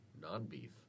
Non-beef